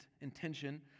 intention